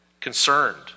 concerned